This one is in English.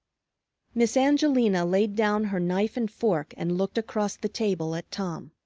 miss angelina laid down her knife and fork and looked across the table at tom.